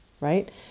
right